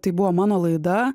tai buvo mano laida